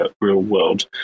real-world